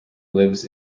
lives